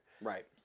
Right